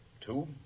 Two